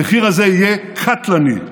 המחיר הזה יהיה קטלני.